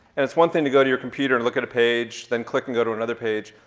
and it's one thing to go to your computer and look at a page, then click and go to another page.